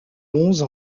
onze